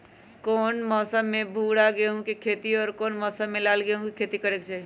कौन मौसम में भूरा गेहूं के खेती और कौन मौसम मे लाल गेंहू के खेती करे के चाहि?